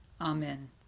Amen